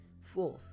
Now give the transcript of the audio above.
Fourth